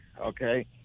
Okay